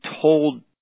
told